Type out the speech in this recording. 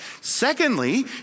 Secondly